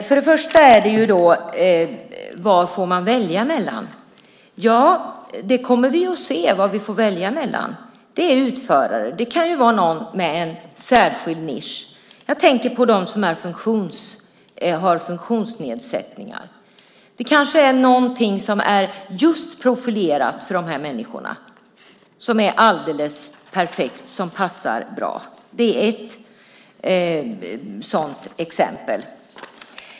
Fru talman! Vad får man välja mellan? Ja, det kommer vi att få se. Det är olika utförare. Det kan finnas någon med en särskild nisch. Jag tänker på dem som har funktionsnedsättningar. Det kanske är någonting som är profilerat just för dessa människor och som är alldeles perfekt och passar bra. Det är ett exempel.